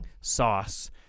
sauce